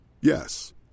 Yes